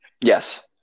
Yes